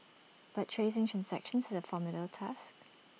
but tracing transactions is A formidable task